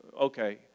Okay